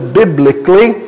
biblically